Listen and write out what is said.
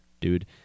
dude